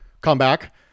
comeback